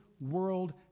world